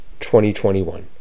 2021